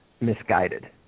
misguided